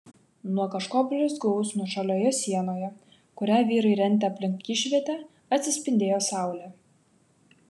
nuo kažko blizgaus nuošalioje sienoje kurią vyrai rentė aplink išvietę atsispindėjo saulė